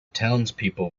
townspeople